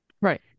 Right